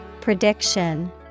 Prediction